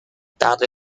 tarde